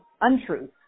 untruth